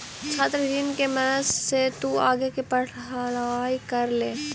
छात्र ऋण के मदद से तु आगे के पढ़ाई कर ले